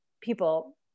people